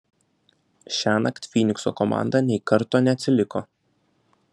šiąnakt fynikso komanda nei karto neatsiliko